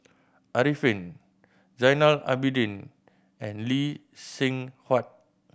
Arifin Zainal Abidin and Lee Seng Huat